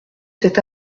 cet